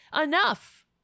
Enough